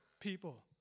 people